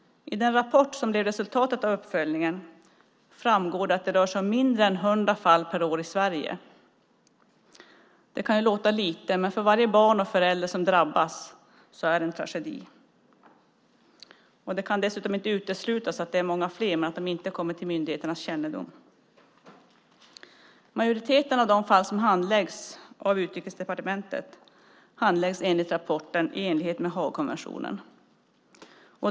I den rapport som blev resultatet av uppföljningen framgår att det rör sig om mindre än hundra fall per år i Sverige. Det kan låta lite, men för varje barn och förälder som drabbas är det en tragedi. Det kan dessutom inte uteslutas att det är många fler men att de inte kommer till myndigheternas kännedom. Majoriteten av de fall som handläggs av Utrikesdepartementet handläggs enligt rapporten i enlighet med Haagkonventionen.